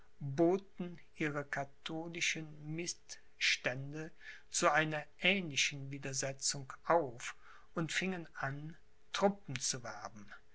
boten ihre katholischen mitstände zu einer ähnlichen widersetzung auf und fingen an truppen zu werben